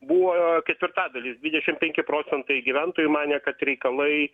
buvo ketvirtadalis dvidešim penki procentai gyventojų manė kad reikalai